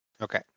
Okay